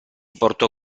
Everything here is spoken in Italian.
portò